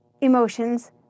emotions